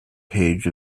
page